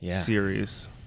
series